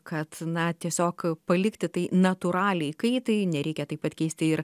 kad na tiesiog palikti tai natūraliai kaitai nereikia taip pat keisti ir